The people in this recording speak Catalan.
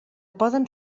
poden